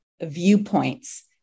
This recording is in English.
viewpoints